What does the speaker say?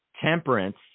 temperance